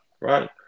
right